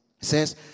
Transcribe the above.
Says